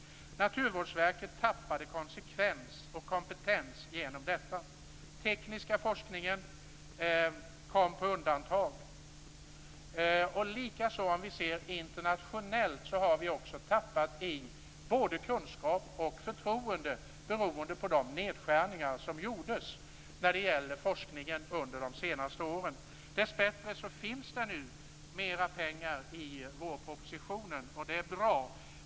Naturvårdsverket tappade konsekvens och kompetens genom detta. Den tekniska forskningen kom på undantag. Likaså har vi internationellt tappat både kunskap och förtroende beroende på de nedskärningar som gjorts på forskningen de senaste åren. Dessbättre finns det nu mera pengar i vårpropositionen, och det är bra.